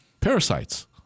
parasites